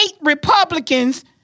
Republicans